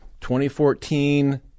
2014